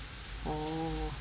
oh